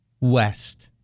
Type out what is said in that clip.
west